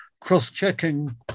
cross-checking